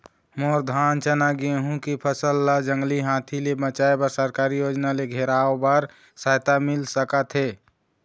मोर धान चना गेहूं के फसल ला जंगली हाथी ले बचाए बर सरकारी योजना ले घेराओ बर सहायता मिल सका थे?